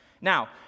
now